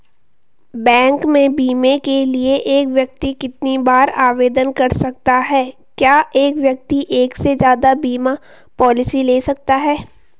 Bank में बीमे के लिए एक व्यक्ति कितनी बार आवेदन कर सकता है क्या एक व्यक्ति एक से ज़्यादा बीमा पॉलिसी ले सकता है?